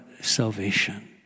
salvation